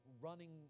running